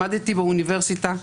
למדתי באוניברסיטה,